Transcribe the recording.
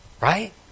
Right